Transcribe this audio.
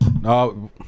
No